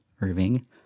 Irving